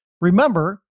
remember